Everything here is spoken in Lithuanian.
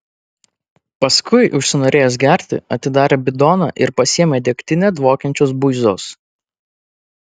paskui užsinorėjęs gerti atidarė bidoną ir pasisėmė degtine dvokiančios buizos